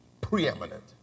Preeminent